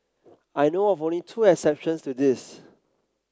I know of only two exceptions to this